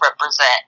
represent